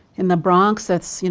in the bronx. it's you